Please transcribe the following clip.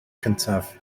cyntaf